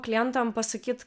klientam pasakyt